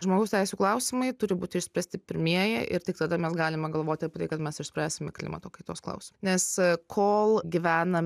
žmogaus teisių klausimai turi būti išspręsti pirmieji ir tik tada mes galime galvoti apie tai kad mes išspręsime klimato kaitos klausimą nes kol gyvenam